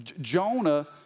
Jonah